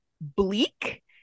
bleak